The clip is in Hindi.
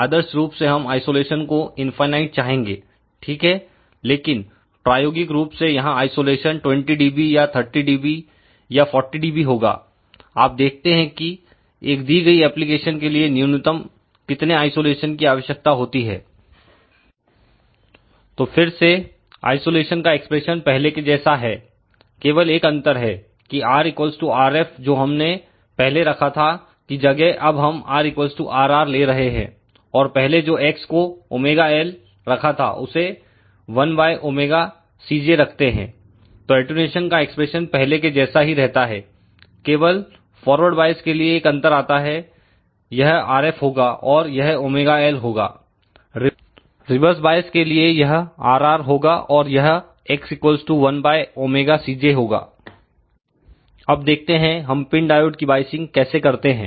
आदर्श रूप से हम आइसोलेशन को इनफाईनाइट चाहेंगे ठीक है लेकिन प्रायोगिक रूप से यहां आइसोलेशन 20 dB या 30 dB या 40 dB होगा आप देखते हैं कि एक दी गई एप्लीकेशन के लिए न्यूनतम कितने आइसोलेशन की आवश्यकता होती है तो फिर से आइसोलेशन का एक्सप्रेशन पहले के जैसा है केवल एक अंतर है कि RRf जो हमने पहले रखा था की जगह अब हम R Rr ले रहे हैं और पहले जो X को wLरखा था उसे X1 ωCj रखते हैं तो अटेंन्यूशन का एक्सप्रेशन पहले के जैसा ही रहता है केवल फॉरवर्ड वाइस के लिए एक अंतर आता है यह Rf होगा और यह ωL होगा रिवर्स बॉयस के लिए यह Rr होगा और यह X1 ωCj होगा अब देखते हैं हम पिन डायोड की वायसिंग कैसे करते हैं